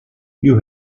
you